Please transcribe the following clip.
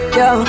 yo